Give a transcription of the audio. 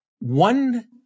one